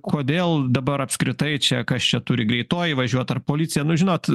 kodėl dabar apskritai čia kas čia turi greitoji važiuot ar policija nu žinot